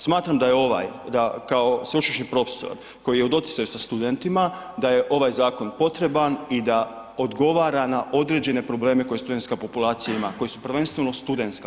Smatram da je ovaj, da kao sveučilišni profesor koji je u doticaju sa studentima da je ovaj zakon potreban i da odgovara na određene probleme koje studentska populacija ima, koji su prvenstveno studentska populacija.